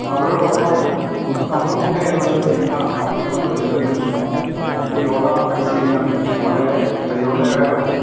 അവരോടൊപ്പം നമ്മളുമുണ്ട് എന്നുള്ളൊരു ചിന്ത വളർത്തിക്കൊണ്ടു വരുന്നതിനും ഈ യോഗ പരിശീലനം വളരെ പ്രയോജനകരമാണ്